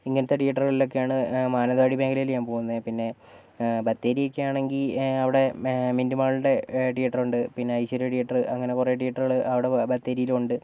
ഇങ്ങനത്തെ ടീയേറ്ററുകളിൽ ഒക്കെയാണ് മാനന്തവാടി മേഖലയിൽ ഞാൻ പോകുന്നത് പിന്നെ ബത്തേരിയൊക്കെ ആണെങ്കിൽ അവിടെ മിന്റുമാളിന്റെ ടീയേറ്ററ് ഉണ്ട് പിന്നെ ഐശ്വര്യ ടീയേറ്റർ അങ്ങനെ കുറെ ടീയേറ്ററുകൾ അവിടെ ബത്തേരിയിലുമുണ്ട്